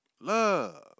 Love